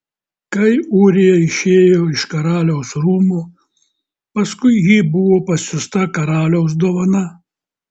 kai ūrija išėjo iš karaliaus rūmų paskui jį buvo pasiųsta karaliaus dovana